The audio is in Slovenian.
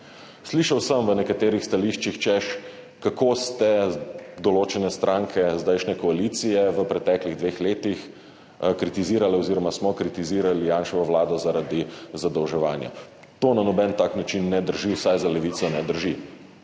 stališčih sem slišal, češ, kako ste določene stranke zdajšnje koalicije v preteklih dveh letih kritizirale oziroma smo kritizirali Janševo vlado zaradi zadolževanja. To na noben način ne drži, vsaj za Levico ne drži.